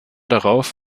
darauf